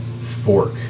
fork